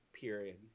period